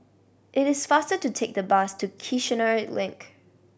it is faster to take the bus to Kiichener Link